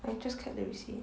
I just kept the receipt